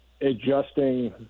adjusting